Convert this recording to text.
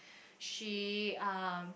she um